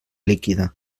líquida